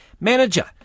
Manager